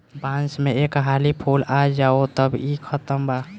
बांस में एक हाली फूल आ जाओ तब इ खतम बा